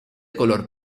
color